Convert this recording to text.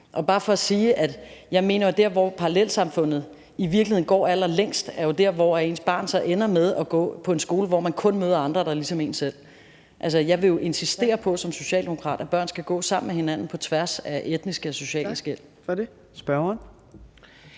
er bare for at sige, at jeg jo mener, at der, hvor parallelsamfundet i virkeligheden går allerlængst, er der, hvor ens barn ender med at gå på en skole, hvor barnet kun møder andre, der er ligesom det selv. Jeg vil jo insistere på som socialdemokrat, at børn skal gå sammen på tværs af etniske og sociale skel. Kl. 14:11 Fjerde